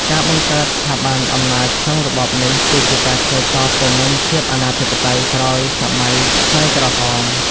ការបង្កើតស្ថាប័នអំណាចក្នុងរបបនេះ គឺជាការឆ្លើយតបទៅនឹងភាពអនាធិបតេយ្យក្រោយសម័យខ្មែរក្រហម។